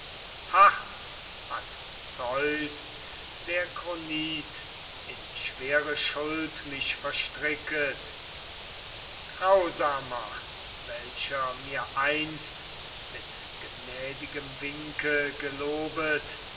hart hat zeus der kronid in schwere schuld mich verstricket grausamer welcher mir einst mit gnädigem winke gelobet